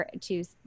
choose